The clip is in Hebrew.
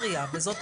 אני כבר לא יודע,